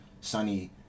sunny